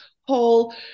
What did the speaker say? whole